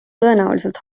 tõenäoliselt